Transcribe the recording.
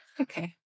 Okay